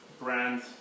brand